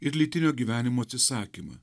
ir lytinio gyvenimo atsisakymą